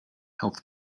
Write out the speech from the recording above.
health